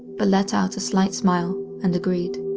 but let out a slight smile and agreed.